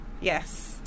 Yes